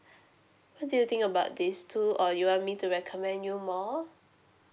what do you think about these two or you want me to recommend you more